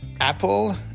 apple